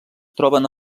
troben